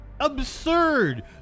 Absurd